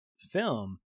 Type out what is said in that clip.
film